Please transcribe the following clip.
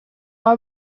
are